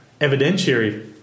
evidentiary